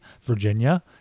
Virginia